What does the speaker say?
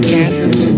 Kansas